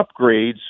upgrades